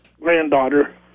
granddaughter